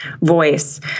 voice